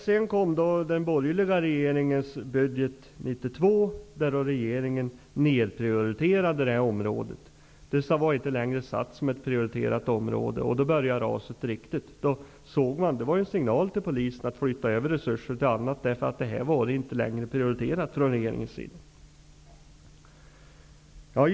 Sedan kom den borgerliga regeringens budget 1992, i vilken regeringen nedprioriterade det här området. Det var inte längre uppsatt som ett prioriterat område, och i och med det började raset på riktigt. Det var en signal till polisen att flytta över resurser till annat, eftersom regeringen inte längre prioriterade bekämpningen av den ekonomiska brottsligheten.